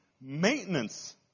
maintenance